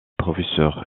professeur